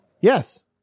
Yes